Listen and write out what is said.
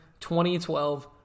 2012